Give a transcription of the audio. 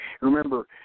Remember